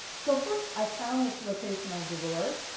so first i found this location on google earth,